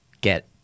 get